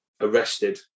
arrested